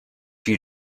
you